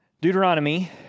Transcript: Deuteronomy